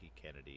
Kennedy